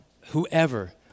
whoever